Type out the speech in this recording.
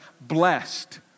blessed